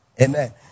Amen